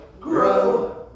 grow